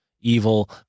evil